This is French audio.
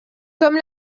comme